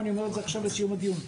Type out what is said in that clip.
ואני אומר זאת עכשיו בסיום הדיון.